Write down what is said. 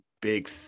big